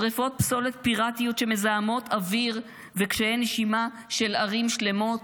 שרפות פסולת פיראטיות שמזהמות אוויר וקשיי נשימה של ערים שלמות.